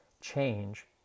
change